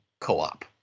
co-op